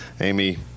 Amy